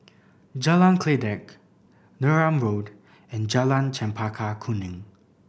Jalan Kledek Neram Road and Jalan Chempaka Kuning